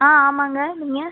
ஆ ஆமாங்க நீங்கள்